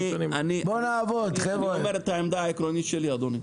אני אומר את העמדה העקרונית שלי, אדוני.